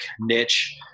niche